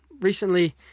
recently